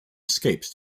escapes